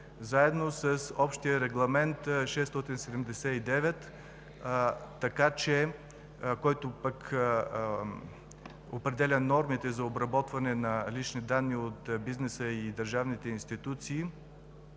заедно с общия Регламент 679, който определя нормите за обработване на лични данни от бизнеса и държавните институции